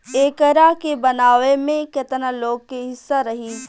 एकरा के बनावे में केतना लोग के हिस्सा रही